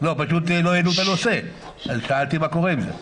פשוט לא נגעו בנושא אז שאלתי מה קורה עם זה.